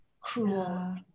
cruel